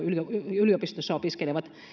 yliopistossa opiskelevat